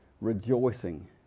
rejoicing